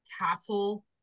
castle